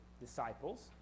disciples